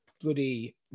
bloody